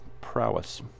prowess